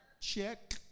Check